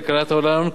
כלכלת העולם,